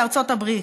בארצות הברית.